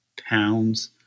pounds